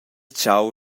tgau